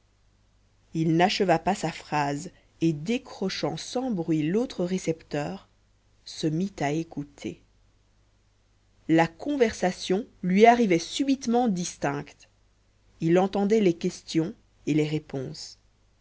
il n'acheva pas sa phrase et décrochant sans bruit l'autre récepteur se mit à écouter la conversation lui arrivait subitement distincte il entendait les questions et les réponses